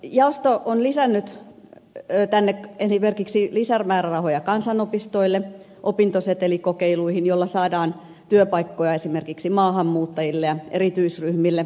jaosto on lisännyt tänne esimerkiksi lisämäärärahoja kansanopistoille opintosetelikokeiluihin joilla saadaan työpaikkoja esimerkiksi maahanmuuttajille ja erityisryhmille